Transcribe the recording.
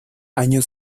año